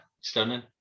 stunning